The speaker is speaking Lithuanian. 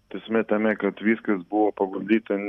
esmė tame kad viskas buvo paguldyta